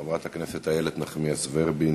חברת הכנסת איילת נחמיאס ורבין.